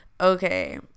okay